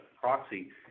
proxy